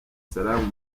salaam